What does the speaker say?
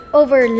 over